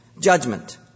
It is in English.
Judgment